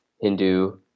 Hindu